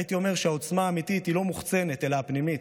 הייתי אומר שהעוצמה האמיתית היא לא מוחצנת אלא פנימית: